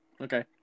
Okay